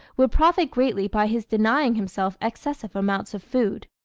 would profit greatly by his denying himself excessive amounts of food.